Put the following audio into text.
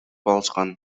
алышкан